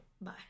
Bye